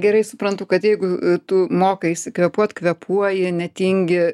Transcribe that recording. gerai suprantu kad jeigu tu mokaisi kvėpuot kvėpuoji netingi